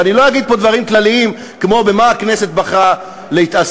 ואני לא אגיד פה דברים כלליים כמו במה הכנסת בחרה להתעסק.